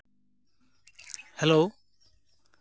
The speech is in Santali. ᱦᱮᱞᱳ